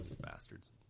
bastards